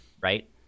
right